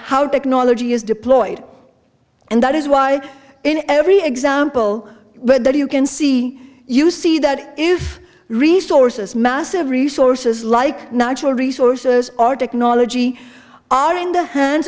how technology is deployed and that is why in every example but there you can see you see that if resources massive resources like natural resource our technology are in the hands